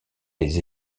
les